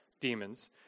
demons